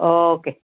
okay